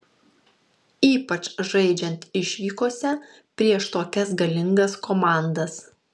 ypač žaidžiant išvykose prieš tokias galingas komandas